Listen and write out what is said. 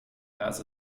has